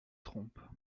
trompe